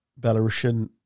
Belarusian